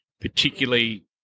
particularly